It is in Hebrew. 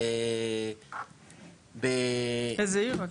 איזו עיר?